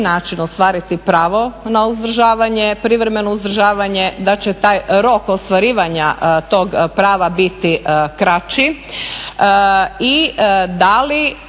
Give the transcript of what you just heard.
način ostvariti pravo na privremeno uzdržavanje, da će taj rok ostvarivanja tog prava biti kraći